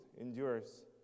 endures